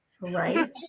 Right